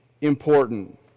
important